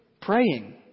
Praying